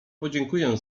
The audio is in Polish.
podziękuję